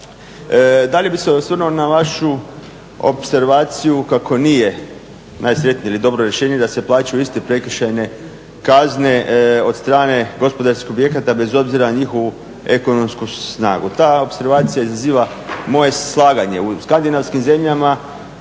Dalje bih se osvrnuo na vašu opservaciju kako nije najsretnije ili dobro rješenje da se plaćaju iste prekršajne kazne od strane gospodarskih subjekata bez obzira na njihovu ekonomsku snagu. Ta opservacija izaziva moje slaganje. U skandinavskim zemljama